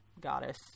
goddess